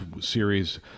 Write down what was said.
series